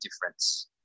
difference